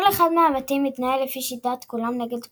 כל אחד מהבתים מתנהל לפי שיטת "כולם נגד כולם",